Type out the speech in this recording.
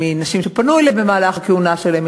מנשים שפנו אליהן במהלך הכהונה שלהן,